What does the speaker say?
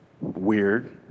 weird